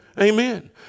Amen